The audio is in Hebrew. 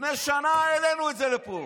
לפני שנה העלינו את זה לפה.